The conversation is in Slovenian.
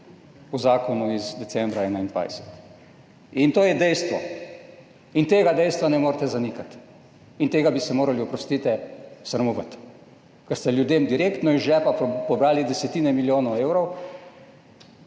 v zakonu iz decembra 2021. In to je dejstvo. In tega dejstva ne morete zanikati. In tega bi se morali, oprostite, sramovati, ker ste ljudem direktno iz žepa pobrali desetine milijonov evrov,